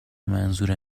منظور